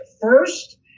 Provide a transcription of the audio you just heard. First